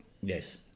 Yes